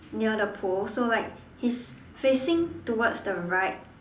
near the pole so like he's facing towards the right